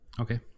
Okay